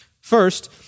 First